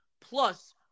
plus